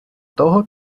того